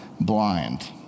blind